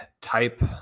type